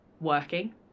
working